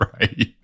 right